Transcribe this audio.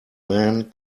man